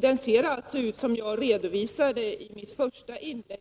Den ser alltså utså som jag redovisade i mitt första inlägg: